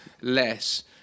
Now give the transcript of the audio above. less